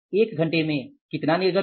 एक घंटे में कितना निर्गत है